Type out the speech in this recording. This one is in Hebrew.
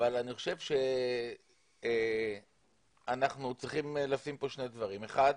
אבל אני חושב שאנחנו צריכים פה שני דברים, אחת,